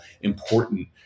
important